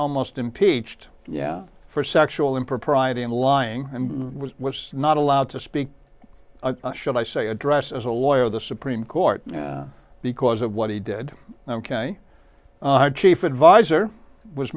almost impeached yeah for sexual impropriety and lying and was not allowed to speak should i say address as a lawyer the supreme court because of what he did ok chief advisor was